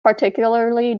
particularly